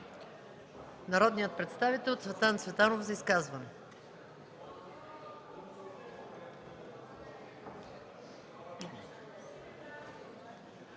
Народният представител Цветан Цветанов за изказване.